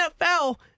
NFL